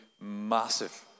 massive